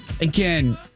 again